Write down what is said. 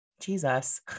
Jesus